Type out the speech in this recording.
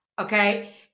Okay